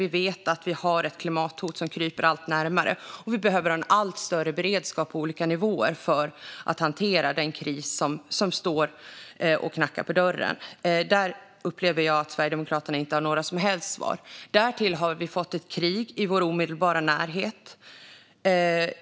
Vi vet att klimathotet kryper allt närmare, och vi behöver en allt större beredskap på olika nivåer för att hantera den kris som knackar på dörren. Där upplever jag att Sverigedemokraterna inte har några som helst svar. Därtill har vi fått ett krig i vår omedelbara närhet.